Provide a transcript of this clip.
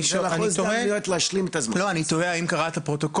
אני פשוט תוהה אם קראת את הפרוטוקול.